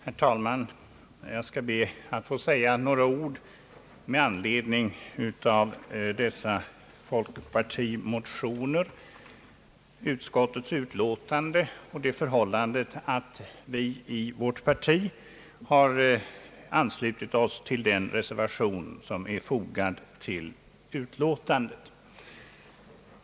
Herr talman! Jag skall be att få säga några ord med anledning av dessa folkpartimotioner, utskottets utlåtande och det förhållandet att vårt partis representanter anslutit sig till den reservation som är fogad till utlåtandet.